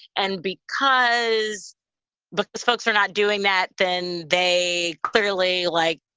and because because folks are not doing that, then they clearly like